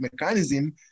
mechanism